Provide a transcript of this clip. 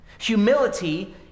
Humility